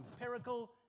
empirical